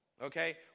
Okay